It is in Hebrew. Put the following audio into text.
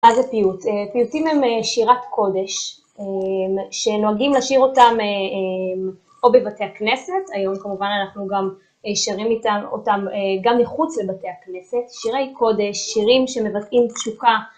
מה זה פיוט? פיוטים הם שירת קודש, שנוהגים לשיר אותם או בבתי הכנסת, היום כמובן אנחנו גם שרים אותם גם מחוץ לבתי הכנסת, שירי קודש, שירים שמבטאים תשוקה.